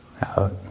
out